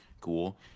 cool